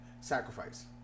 Sacrifice